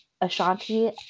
Ashanti